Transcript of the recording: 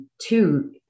two